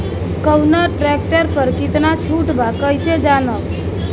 कवना ट्रेक्टर पर कितना छूट बा कैसे जानब?